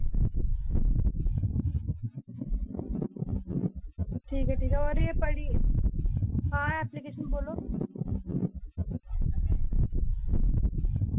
ठीक ऐ ठीक ऐ होर एह् पढ़ी हां ऐप्लीकेशन बोलो